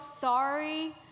sorry